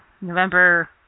November